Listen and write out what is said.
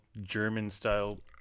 German-style